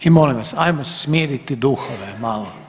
I molim vas hajmo se smiriti duhove malo.